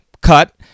cut